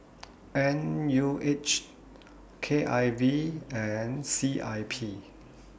N U H K I V and C I P